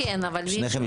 ברשותכם.